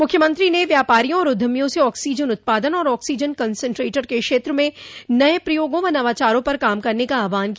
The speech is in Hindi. मुख्यमंत्री ने व्यापारियों और उद्यमियों से ऑक्सीजन उत्पादन और आक्सीजन कंसन्ट्रेटर के क्षेत्र में नये प्रयोगों व नवाचारों पर काम करने का आहवान किया